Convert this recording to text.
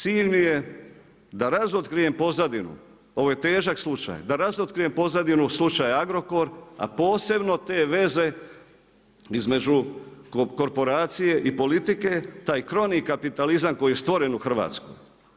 Cilj mi je da razotkrijem pozadinu, ovo je težak slučaj, da razotkrijem pozadinu slučaja Agrokor a posebno te veze između korporacije i politike, taj krovni kapitalizam koji je stvoren u Hrvatskoj.